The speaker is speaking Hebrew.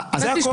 זה הכול.